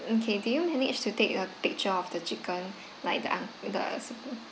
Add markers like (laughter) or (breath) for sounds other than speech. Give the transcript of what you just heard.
okay did you manage to take a picture of the chicken (breath) like the un~ the